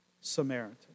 Samaritan